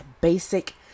basic